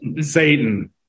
Satan